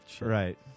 right